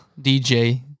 DJ